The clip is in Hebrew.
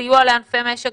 סיוע לענפי משק